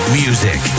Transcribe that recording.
music